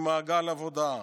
ממעגל העבודה.